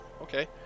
okay